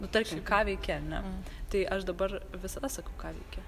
nu tarkim ką veiki a ne tai aš dabar visada sakau ką veiki